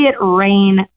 rain